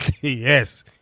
Yes